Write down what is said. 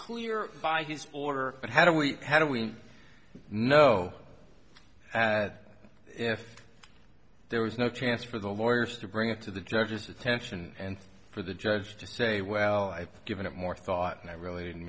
clear by his order but how do we how do we know that if there was no chance for the lawyers to bring it to the judge's attention and for the judge to say well i've given it more thought and i really